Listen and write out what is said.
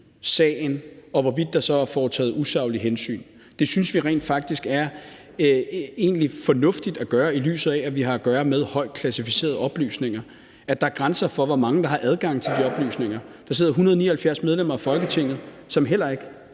sagen, og hvorvidt der så er foretaget usaglige hensyn. Det synes vi egentlig rent faktisk er fornuftigt at gøre, i lyset af at vi har at gøre med højt klassificerede oplysninger, altså at der er grænser for, hvor mange der har adgang til de oplysninger. Der sidder 179 medlemmer af Folketinget, som heller ikke